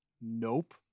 nope